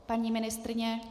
Paní ministryně?